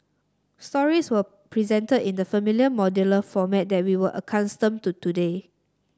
stories were presented in the familiar modular format that we are accustomed to today